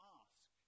ask